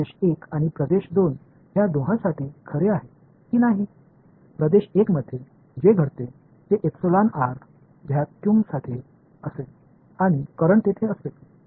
பிராந்திய 1 இல் என்ன நடக்கிறது எப்சிலன் r வெற்றிடத்திற்காகவும் மின்னோட்டற்காகவும் அங்கே இருக்கும்